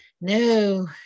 no